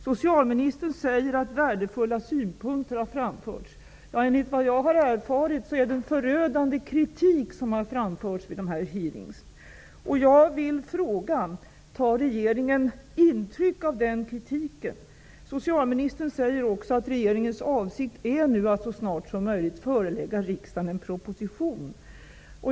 Socialministern säger att värdefulla synpunkter har framförts. Men enligt vad jag har erfarit är det en förödande kritik som har framförts vid dessa hearingar. Jag frågar: Tar regeringen intryck av den kritiken? Socialministern förklarar även att regeringens avsikt är att så snart som möjligt förelägga riksdagen en proposition.